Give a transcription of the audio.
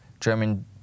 German